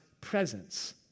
presence